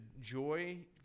joy